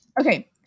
Okay